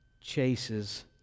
chases